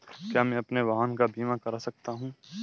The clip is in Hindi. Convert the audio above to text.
क्या मैं अपने वाहन का बीमा कर सकता हूँ?